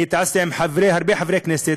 אני התייעצתי עם הרבה חברי כנסת,